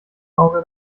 auge